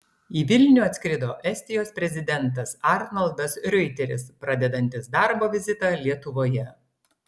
į vilnių atskrido estijos prezidentas arnoldas riuitelis pradedantis darbo vizitą lietuvoje